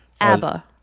ABBA